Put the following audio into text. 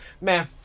man